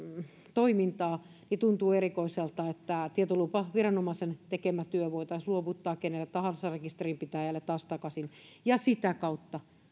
toimintaa niin tuntuu erikoiselta että tietolupaviranomaisen tekemä työ voitaisiin luovuttaa kenelle tahansa rekisterinpitäjälle taas takaisin sitä kautta